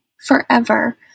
forever